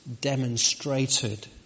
demonstrated